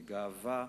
וגאווה,